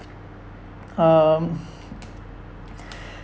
um